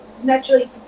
Naturally